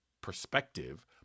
perspective